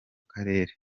karere